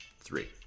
Three